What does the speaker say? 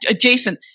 Jason